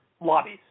lobbies